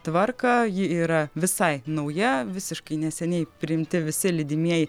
tvarką ji yra visai nauja visiškai neseniai priimti visi lydimieji